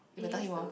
if I tell him off